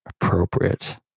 appropriate